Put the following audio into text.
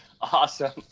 Awesome